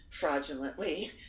fraudulently